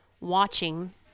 watching